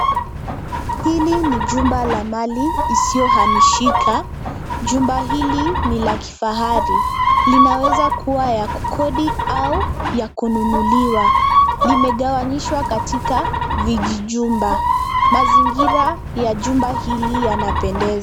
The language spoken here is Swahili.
Hili ni jumba la mali isiyohamishika. Jumba hili ni la kifahari. Linaweza kuwa ya kukodi au ya kununuliwa. Limegawanyishwa katika vijijumba. Mazingira ya jumba hili yanapendeza.